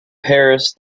paris